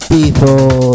People